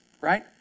right